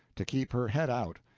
to keep her head out,